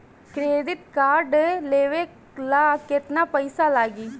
Credit card लेवे ला केतना पइसा लागी?